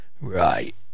right